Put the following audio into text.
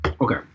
Okay